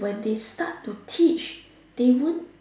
when they start to teach they won't